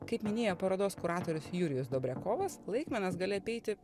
kaip minėjo parodos kuratorius jurijus dobriakovas laikmenas gali apeiti